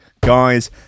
guys